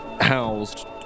housed